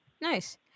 nice